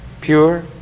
pure